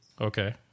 Okay